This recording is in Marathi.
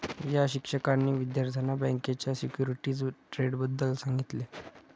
या शिक्षकांनी विद्यार्थ्यांना बँकेच्या सिक्युरिटीज ट्रेडबद्दल सांगितले